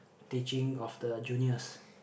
teaching of the juniors